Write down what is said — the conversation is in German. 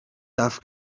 darf